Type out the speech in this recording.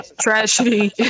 Trashy